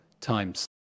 times